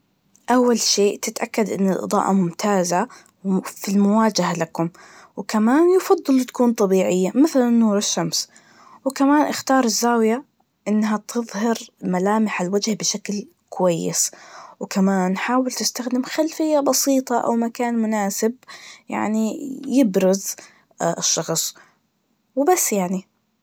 أول شيء تتأكد إن الإضاءة ممتازة, وم- فالمواجهة لكم, وكمان يفضل تكون طبيعية, مثلاً نور الشمس, وكمان اختار الزاوية, إنها تظهر ملامح الوجه بشكل كويس, وكمان حاول تستخدم خلفية بسيطة أو مكان مناسب, يعني يبرز الشخص, وبس يعني.